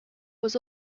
was